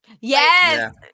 Yes